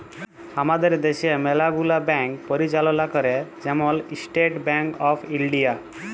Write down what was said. আমাদের দ্যাশে ম্যালা গুলা ব্যাংক পরিচাললা ক্যরে, যেমল ইস্টেট ব্যাংক অফ ইলডিয়া